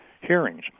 hearings